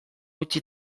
utzi